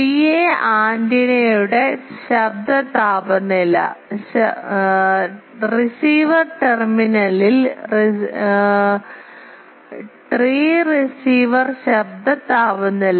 TA antenna ശബ്ദ താപനില ശബ്ദ താപനില റിസീവർ ടെർമിനലിൽ റിസീവർ ടെർമിനലിൽ ട്രീ റിസീവർ ശബ്ദ താപനില